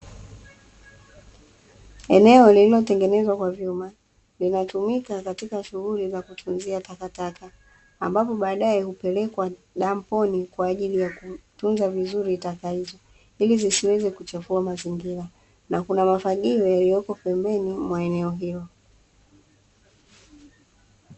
Eneo lililotengenezwa kwa vyuma vinatumika katika shughuli za kutunzia takataka, ambapo baadaye hupelekwa damponi kwa ajili ya kutunza vizuri taka hizo, ili zisiweze kuchafua mazingira na kuna mafagio yaliyopo pembeni mwa eneo hilo.